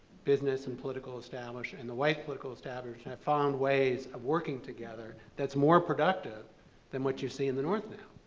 business and political establishment and the white political establishment have found ways of working together that's more productive than what you see in the north now.